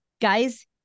guys